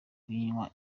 kuyinywa